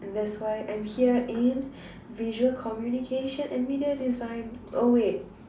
and that's why I'm here in visual communication and media design oh wait